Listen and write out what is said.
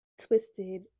twisted